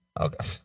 okay